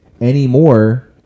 anymore